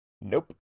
Nope